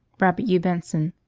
robert hugh benson.